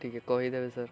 ଟିକେ କହିଦେବେ ସାର୍